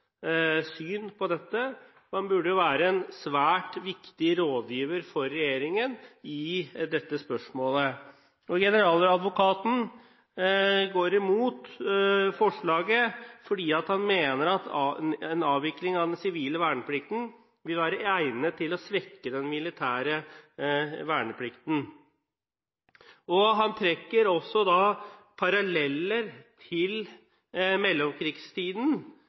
han burde være en svært viktig rådgiver for regjeringen i dette spørsmålet. Generaladvokaten går imot forslaget fordi han mener at en avvikling av den sivile verneplikten vil være egnet til å svekke den militære verneplikten. Han trekker også paralleller til mellomkrigstiden